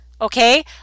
okay